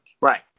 Right